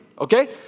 Okay